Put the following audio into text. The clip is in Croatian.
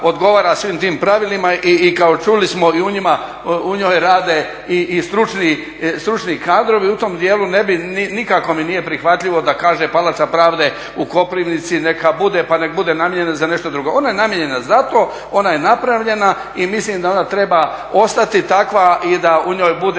odgovaram svim tim pravilima i kao čuli smo i u njoj rade i stručni kadrovi. U tom dijelu ne bi, nikako mi nije prihvatljivo da kaže Palača pravde u Koprivnici neka bude pa nek bude namijenjena za nešto drugo. Ona je namijenjena za to, ona je napravljena i mislim da ona treba ostati takva i da u njoj bude